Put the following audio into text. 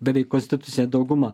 beveik konstitucinė dauguma